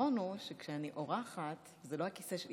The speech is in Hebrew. העיקרון הוא שכשאני אורחת, זה לא הכיסא שלי.